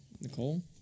Nicole